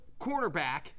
cornerback